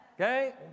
Okay